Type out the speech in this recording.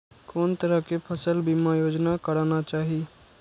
कोन तरह के फसल बीमा योजना कराना चाही?